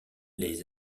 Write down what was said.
les